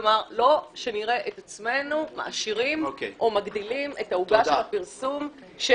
כלומר לא שנראה את עצמנו מגדילים את עוגת הפרסום של